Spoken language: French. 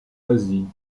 asie